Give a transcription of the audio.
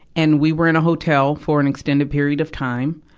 and we were in a hotel for an extended period of time.